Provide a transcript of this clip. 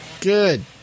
Good